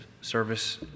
service